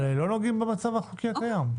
אבל הם לא נוגעים במצב החוקי הקיים.